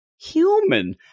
Human